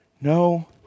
No